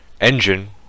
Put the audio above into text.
engine